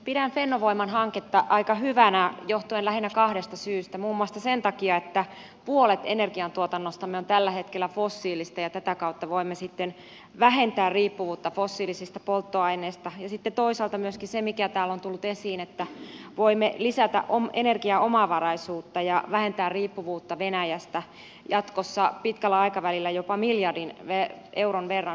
pidän fennovoiman hanketta aika hyvänä johtuen lähinnä kahdesta syystä muuan muassa sen takia että puolet energiantuotannostamme on tällä hetkellä fossiilista ja tätä kautta voimme sitten vähentää riippuvuutta fossiilisista polttoaineista ja sitten toisaalta myöskin siitä syystä mikä täällä on tullut esiin että voimme lisätä energiaomavaraisuutta ja vähentää riippuvuutta venäjästä jatkossa pitkällä aikavälillä jopa miljardin euron verran vuodessa